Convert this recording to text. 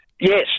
Yes